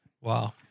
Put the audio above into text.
Wow